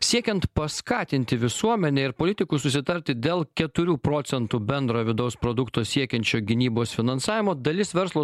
siekiant paskatinti visuomenę ir politikus susitarti dėl keturių procentų bendrojo vidaus produkto siekiančio gynybos finansavimo dalis verslo